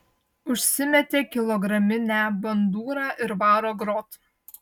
užsimetė kilograminę bandūrą ir varo grot